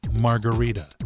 margarita